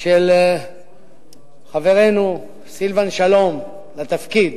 של חברנו סילבן שלום לתפקיד,